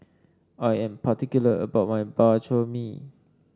I am particular about my Bak Chor Mee